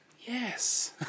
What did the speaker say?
Yes